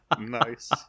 Nice